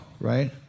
right